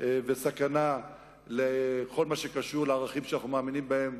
וסכנה לכל מה שקשור לערכים שאנחנו מאמינים בהם: